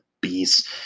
Beast